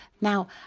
Now